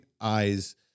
eyes